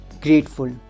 grateful